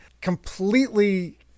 Completely